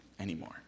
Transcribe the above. anymore